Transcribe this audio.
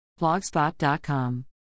Blogspot.com